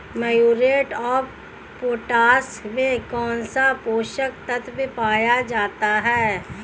Muriate of potash में कौन सा पोषक तत्व पाया जाता है?